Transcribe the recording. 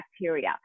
bacteria